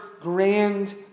grand